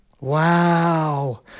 Wow